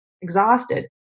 exhausted